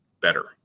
better